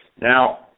Now